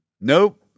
nope